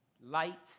Light